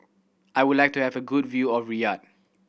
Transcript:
I would like to have a good view of Riyadh